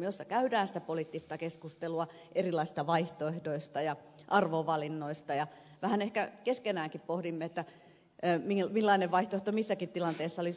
jossa käydään poliittista keskustelua erilaisista vaihtoehdoista ja arvovalinnoista ja vähän ehkä keskenäänkin pohditaan millainen vaihtoehto missäkin tilanteessa olisi oikein